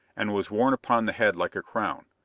and was worn upon the head like a crown.